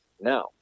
Now